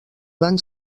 van